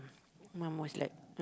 mum was like